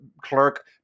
clerk